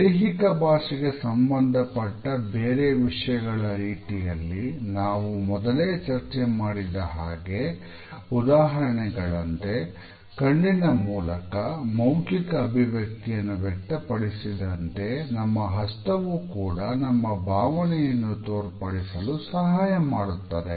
ದೈಹಿಕ ಭಾಷೆಗೆ ಸಂಬಂಧಪಟ್ಟ ಬೇರೆ ವಿಷಯಗಳ ರೀತಿಯಲ್ಲಿ ನಾವು ಮೊದಲೇ ಚರ್ಚೆ ಮಾಡಿದ ಹಾಗೆ ಉದಾಹರಣೆಗಳಂತೆ ಕಣ್ಣಿನ ಮೂಲಕ ಮೌಖಿಕ ಅಭಿವ್ಯಕ್ತಿಯನ್ನು ವ್ಯಕ್ತಪಡಿಸಿದಂತೆ ನಮ್ಮ ಹಸ್ತವು ಕೂಡ ನಮ್ಮ ಭಾವನೆಯನ್ನು ತೋರ್ಪಡಿಸಲು ಸಹಾಯ ಮಾಡುತ್ತದೆ